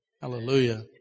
Hallelujah